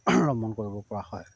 ৰমণ কৰিব পৰা হয়